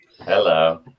Hello